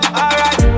alright